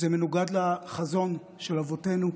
זה מנוגד לחזון של אבותינו,